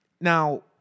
now